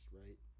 right